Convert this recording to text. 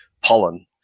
pollen